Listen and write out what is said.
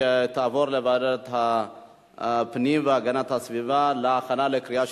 לוועדת הפנים והגנת הסביבה נתקבלה.